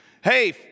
Hey